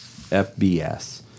FBS